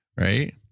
right